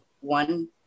one